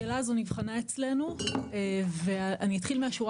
השאלה הזו נבחנה אצלנו ואני אתחיל מהשורה